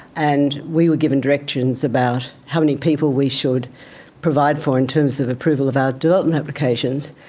and we were given directions about how many people we should provide for in terms of approval of our development applications,